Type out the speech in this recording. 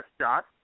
shot